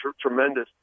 tremendous